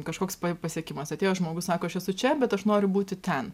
kažkoks pasiekimas atėjo žmogus sako aš esu čia bet aš noriu būti ten